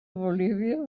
bolívia